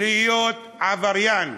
להיות עבריין,